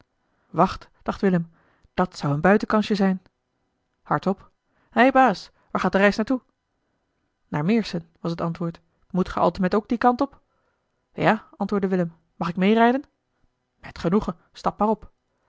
dacht willem dat zou een buitenkansje zijn hardop hei baas waar gaat de reis naar toe naar meersen was het antwoord moet ge altemet ook dien kant op ja antwoordde willem mag ik mee rijden met genoegen stap maar op